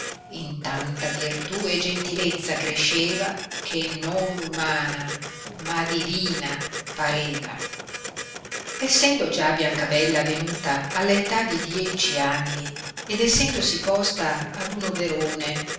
in tanta virtù e gentilezza cresceva che non umana ma divina pareva essendo già biancabella venuta alla età di dieci anni ed essendosi posta ad uno verone